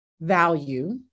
value